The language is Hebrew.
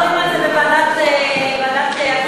העיקר שאת עשית המון מהדברים האלה בוועדת הכספים שאת,